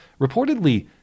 reportedly